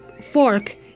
fork